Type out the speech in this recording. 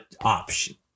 option